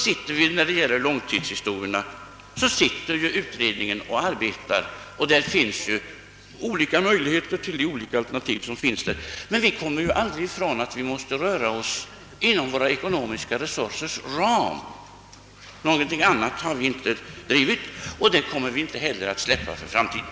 När det gäller de långsiktiga spörsmålen arbetar ju utredningen, och där finns olika alternativ. Men vi kommer aldrig ifrån att vi måste röra oss inom ramen för våra ekonomiska resurser. Någon annan ståndpunkt har vi inte intagit, och det kommer vi heller inte att göra för framtiden.